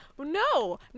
no